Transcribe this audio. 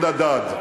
הוא נדד.